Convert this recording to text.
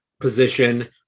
position